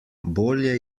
bolje